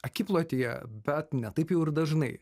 akiplotyje bet ne taip jau ir dažnai